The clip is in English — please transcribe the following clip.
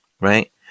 Right